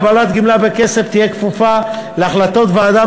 קבלת גמלה בכסף תהיה כפופה להחלטות ועדה